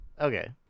Okay